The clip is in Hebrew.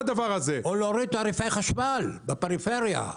או להוריד את תעריפי החשמל והמע"מ בפריפריה.